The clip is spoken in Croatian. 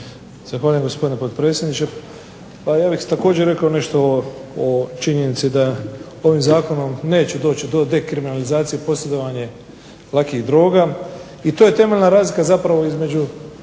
Zahvaljujem, gospodine potpredsjedniče. Pa ja bih također rekao nešto o činjenici da ovim zakonom neće doći do dekriminalizacije posjedovanja lakih droga i to je temeljna razlika zapravo između